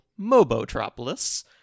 Mobotropolis